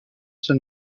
sein